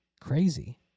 crazy